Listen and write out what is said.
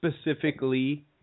specifically